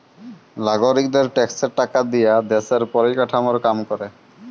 লাগরিকদের ট্যাক্সের টাকা দিয়া দ্যশের পরিকাঠামর কাম ক্যরে